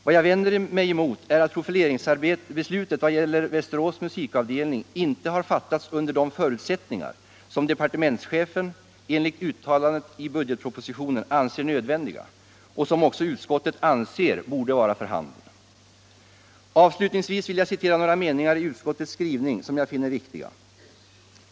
Vad jag vänder mig emot är att profileringsbeslutet vad det gäller Västerås musikavdelning inte har fattats under de förutsättningar som departementschefen enligt uttalandet i budgetpropositionen anser nödvändiga och som också utskottet anser borde vara för handen. Avslutningsvis vill jag citera några meningar i utskottets skrivning som jag finner viktiga.